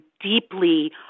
deeply